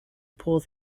pull